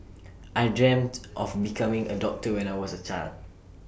I dreamt of becoming A doctor when I was A child